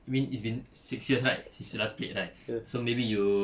I mean it's been six years right since you last played right so maybe you